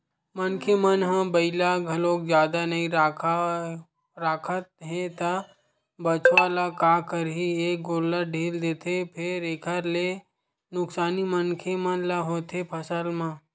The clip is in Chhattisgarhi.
मनखे मन ह बइला घलोक जादा नइ राखत हे त बछवा ल का करही ए गोल्लर ढ़ील देथे फेर एखर ले नुकसानी मनखे मन ल होथे फसल म